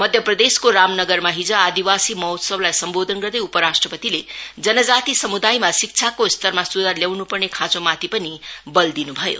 मध्यप्रदेशको रामनगरमा हिज आदिवासी महोत्सवलाई सम्बोधन गर्दै उप राष्ट्रपतिले जनजाति सम्दायमा शिक्षाको स्तरमा स्धार ल्याउन् पर्ने खाँचोमाथि पनि बल दिनु भयो